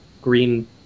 green